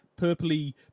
purpley